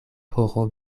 horo